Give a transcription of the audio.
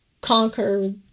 conquer